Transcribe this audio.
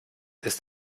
ist